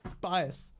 Bias